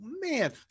man